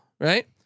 right